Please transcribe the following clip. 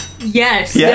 Yes